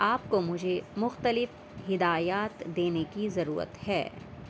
آپ کو مجھے مختلف ہدایات دینے کی ضرورت ہے